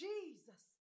Jesus